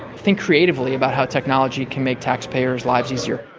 think creatively about how technology can make taxpayers' lives easier,